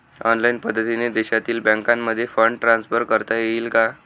Online पद्धतीने देशातील बँकांमध्ये फंड ट्रान्सफर करता येईल का?